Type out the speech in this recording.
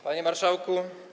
Panie Marszałku!